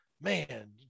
man